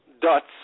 dots